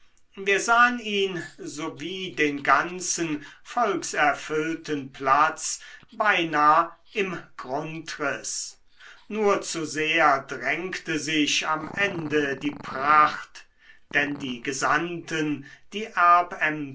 wir sahen ihn sowie den ganzen volkserfüllten platz beinah im grundriß nur zu sehr drängte sich am ende die pracht denn die gesandten die